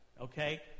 okay